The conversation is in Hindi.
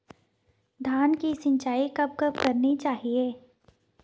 धान की सिंचाईं कब कब करनी चाहिये?